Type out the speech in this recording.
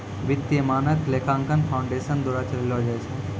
वित्तीय मानक लेखांकन फाउंडेशन द्वारा चलैलो जाय छै